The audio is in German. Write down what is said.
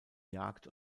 jagd